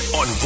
on